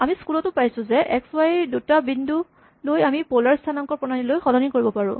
আমি স্কুলটো পাইছো যে এক্স ৱাই দুটা বিন্দু লৈ আমি প'লাৰ স্হানাংক প্ৰণালীলৈ সলনি কৰিব পাৰোঁ